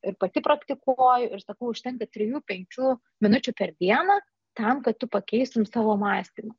ir pati praktikuoju ir sakau užtenka trijų penkių minučių per dieną tam kad tu pakeistum savo mąstymą